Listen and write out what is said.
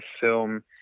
film